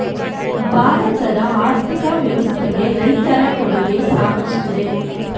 ಭಾರತದ ಆರ್ಥಿಕ ವ್ಯವಸ್ಥೆಗೆ ರೈತರ ಕೊಡುಗೆ ಸಾಕಷ್ಟಿದೆ